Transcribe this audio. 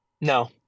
No